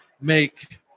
make